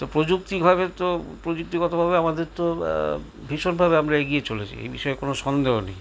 তো প্রযুক্তিভাবে তো প্রযুক্তিগতভাবে আমাদের তো ভীষণভাবে আমরা এগিয়ে চলেছি এই বিষয়ে কোনো সন্দেহ নেই